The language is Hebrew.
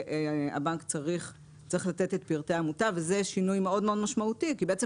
שהבנק צריך לתת את פרטי המוטב וזה שינוי מאוד משמעותי כי בעצם